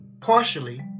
partially